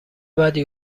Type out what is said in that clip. بدی